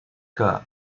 que